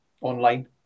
online